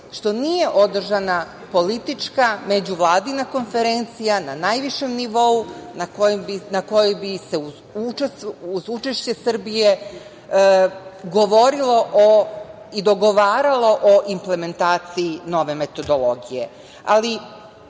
što nije održana politička međuvladina konferencija na najvišem nivou na kojoj bi se uz učešće Srbije govorilo i dogovaralo o implementaciji nove metodologije. Naravno,